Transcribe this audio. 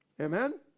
Amen